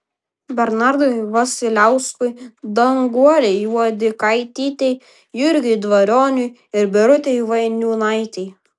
bernardui vasiliauskui danguolei juodikaitytei jurgiui dvarionui ir birutei vainiūnaitei